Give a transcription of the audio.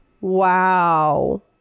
wow